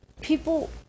people